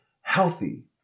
healthy